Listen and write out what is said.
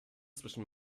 zwischen